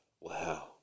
Wow